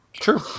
True